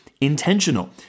Intentional